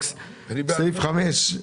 בסעיף 5,